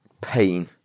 pain